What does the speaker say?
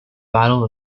battle